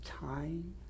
time